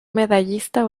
medallista